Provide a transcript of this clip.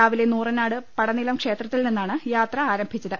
രാവിലെ നൂറനാട് പടനിലം ക്ഷേത്രത്തിൽ നിന്നാണ് യാത്ര ആരംഭിച്ചത്